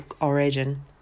origin